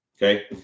Okay